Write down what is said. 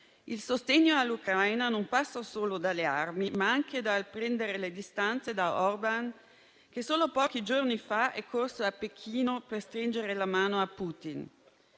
Il sostegno all'Ucraina non passa solo dalle armi, ma anche dal prendere le distanze da Orbán, che solo pochi giorni fa è corso a Pechino per stringere la mano a Putin.